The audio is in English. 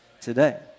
today